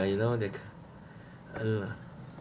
and you know they um